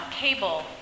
cable